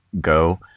go